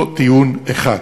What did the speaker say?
לא טיעון אחד.